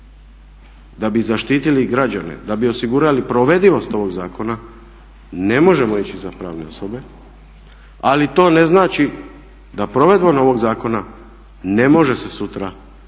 da bi zaštitili građane, da bi osigurali provedivost ovog zakona ne možemo ići za pravne osobe ali to ne znači da provedbom ovog zakona ne može se sutra i